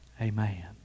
Amen